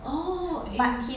oh and